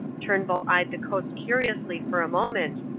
turnbull eyed the coast curiously for a moment,